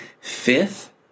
fifth